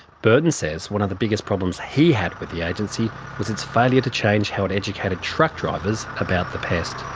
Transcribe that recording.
burton says one of the biggest problems he had with the agency was its failure to change how it educated truck drivers about the pest.